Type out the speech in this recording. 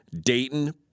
Dayton